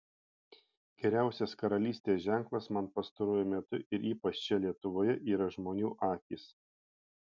geriausias karalystės ženklas man pastaruoju metu ir ypač čia lietuvoje yra žmonių akys